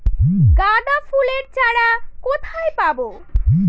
গাঁদা ফুলের চারা কোথায় পাবো?